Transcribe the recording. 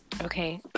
Okay